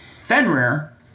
Fenrir